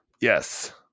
Yes